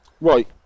right